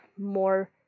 more